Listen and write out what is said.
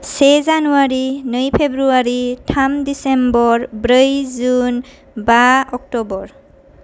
से जानुवारी नै फ्रेबुवारि थाम डिसेम्बर ब्रै जुन बा अक्ट'बर